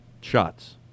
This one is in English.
shots